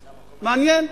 מעניין,